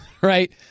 right